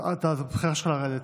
אתה בוחר עכשיו לרדת,